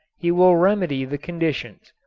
he will remedy the conditions,